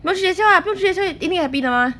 不用去学校 ah 不用去学校一定 happy 的 mah